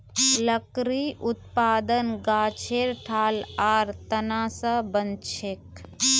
लकड़ी उत्पादन गाछेर ठाल आर तना स बनछेक